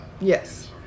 Yes